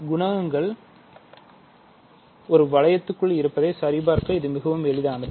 குணகங்கள் ஒரு வளையத்திற்குள் இருப்பதை சரிபார்க்க இது மிகவும் எளிதானது